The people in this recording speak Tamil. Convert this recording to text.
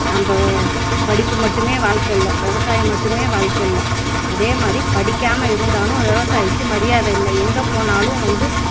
நம்ம படிப்பு மட்டுமே வாழ்க்கை இல்லை விவசாயம் மட்டுமே வாழ்க்கை இல்லை அதே மாதிரி படிக்காமல் இருந்தாலும் விவசாயிக்கி மரியாதை இல்லை எங்கே போனாலும் வந்து